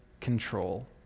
control